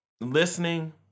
listening